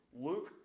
Luke